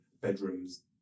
bedrooms